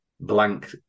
blank